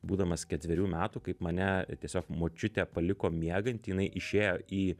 būdamas ketverių metų kaip mane tiesiog močiutė paliko miegantį jinai išėjo į